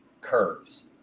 curves